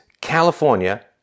California